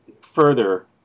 further